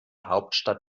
hauptstadt